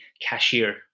cashier